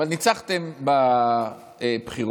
אבל ניצחתם בבחירות,